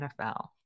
NFL